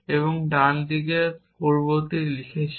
এবং ডান দিকে পূর্ববর্তী লিখছি